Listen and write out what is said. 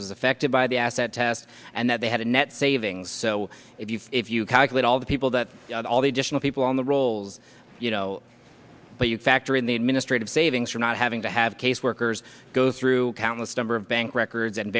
was affected by the asset test and that they had a net savings so if you if you calculate all the people that all the additional people on the rolls you know but you factor in the administrative savings for not having to have caseworkers go through countless number of bank records and